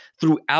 throughout